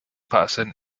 patterson